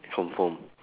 confirm